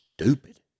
stupid